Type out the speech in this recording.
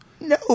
No